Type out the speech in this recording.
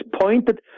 pointed